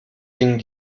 ging